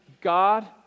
God